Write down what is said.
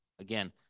again